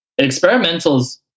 experimentals